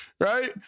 Right